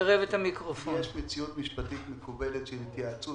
יש מציאות משפטית מקובלת של התייעצות